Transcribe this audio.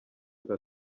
aka